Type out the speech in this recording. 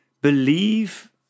believe